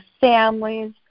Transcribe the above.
families